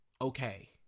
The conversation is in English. Okay